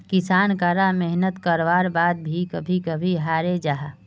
किसान करा मेहनात कारवार बाद भी कभी कभी हारे जाहा